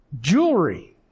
Jewelry